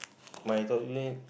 my top three name